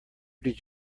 did